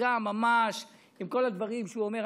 הצגה ממש, עם כל הדברים שהוא אומר.